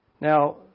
Now